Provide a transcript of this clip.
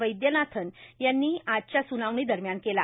वैद्यनाथन यांनी आजच्या सुनावणी दरम्यान केला